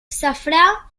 safrà